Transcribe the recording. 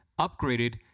upgraded